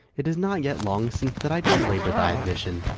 it is not yet long since that i did labour thy admission,